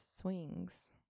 swings